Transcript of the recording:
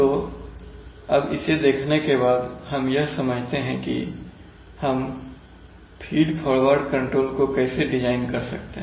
तो अब इसे देखने के बाद अब हम यह समझते हैं कि हम फीड फॉरवर्ड कंट्रोलर को कैसे डिजाइन कर सकते हैं